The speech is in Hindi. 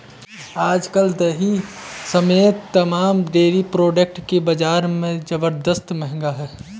आज कल दही समेत तमाम डेरी प्रोडक्ट की बाजार में ज़बरदस्त मांग है